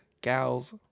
gals